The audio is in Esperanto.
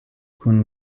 kun